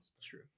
True